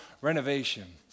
renovation